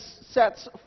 sets